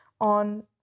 on